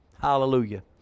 Hallelujah